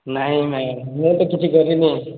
ନାଇଁ ନାଇଁ ମୁଁ ତ କିଛି କରିନି